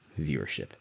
viewership